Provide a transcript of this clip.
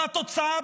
והתוצאה,